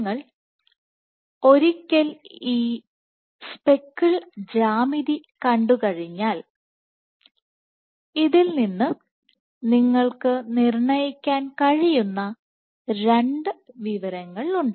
നിങ്ങൾ ഒരിക്കൽ ഈ സ്പെക്കിൾ ജ്യാമിതി കണ്ടുകഴിഞ്ഞാൽ ഇതിൽ നിന്ന് നിങ്ങൾക്ക് നിർണ്ണയിക്കാൻ കഴിയുന്ന രണ്ട് വിവരങ്ങളുണ്ട്